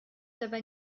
dabei